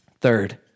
Third